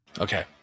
Okay